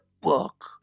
book